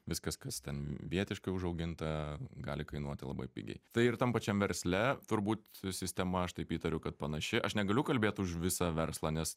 viskas kas ten vietiškai užauginta gali kainuoti labai pigiai tai ir tam pačiam versle turbūt su sistema aš taip įtariu kad panaši aš negaliu kalbėt už visą verslą nes